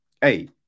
hey